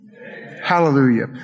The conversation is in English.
Hallelujah